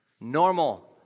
Normal